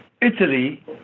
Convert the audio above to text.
Italy